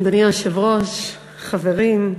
אדוני היושב-ראש, חברים,